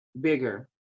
bigger